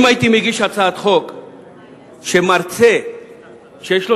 אם הייתי מגיש הצעת חוק שמרצה שיש לו